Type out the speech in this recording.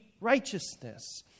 righteousness